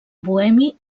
bohemi